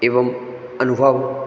एवं अनुभव